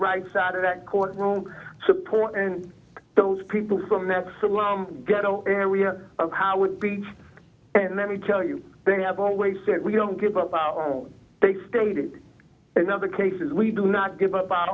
right side of that court room support and those people from that surround area of howard beach and let me tell you they have always said we don't give up our own take stated in other cases we do not give up our